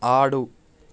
ఆడు